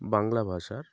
বাংলা ভাষার